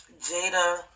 jada